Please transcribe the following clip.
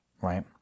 right